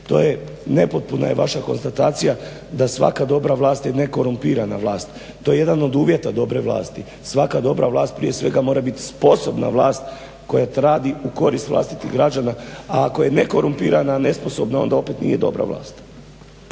to je nepotpuna je vaša konstatacija da svaka dobra vlast je nekorumpirana vlast, to je jedan od uvjeta dobre vlasti. svaka dobra vlast prije svega mora biti sposobna vlast koja radi u korist vlastitih građana. A ako je nekorumpirana i nesposobna onda opet nije dobra vlast.